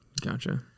Gotcha